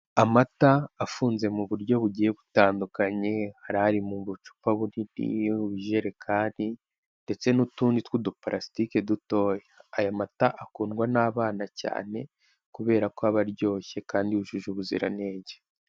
Amata afunze mu buryo bugiye butandukanye, hari ari mu bucupa bunini, ubujererekani ndetse n'utundi tw'udupalasitike dutoya, aya mata akundwa n'abana cyane kubera ko aba aryoshye kandi yujuje ubuziranenge.